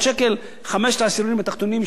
חמשת העשירונים התחתונים ישלמו 2 מיליארד שקל.